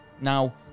Now